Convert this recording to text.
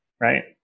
right